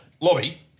lobby